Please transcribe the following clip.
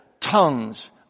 Tongues